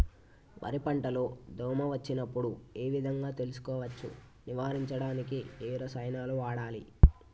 వరి పంట లో దోమ వచ్చినప్పుడు ఏ విధంగా తెలుసుకోవచ్చు? నివారించడానికి ఏ రసాయనాలు వాడాలి?